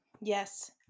Yes